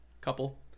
Couple